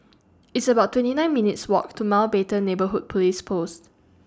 It's about twenty nine minutes' Walk to Mountbatten Neighbourhood Police Post